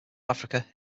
africa